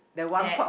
that